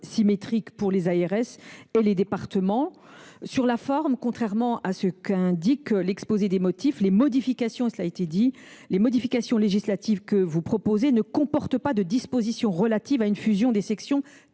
symétrique pour les ARS et les départements. Sur la forme, contrairement à ce qu’indique l’exposé des motifs, les modifications législatives que vous proposez ne comportent pas de dispositions relatives à une fusion des sections